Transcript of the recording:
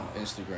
Instagram